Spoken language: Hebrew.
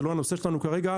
זה לא הנושא שלנו כרגע,